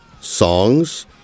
songs